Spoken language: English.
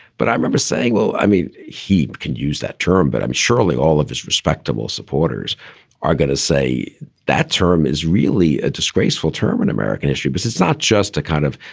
but i remember saying, well, i mean, he could use that term, but i'm surely all of his respectable supporters are going to say that term is really a disgraceful term in american history. this is not just a kind of,